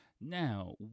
Now